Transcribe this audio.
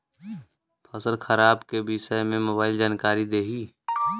फसल खराब के विषय में मोबाइल जानकारी देही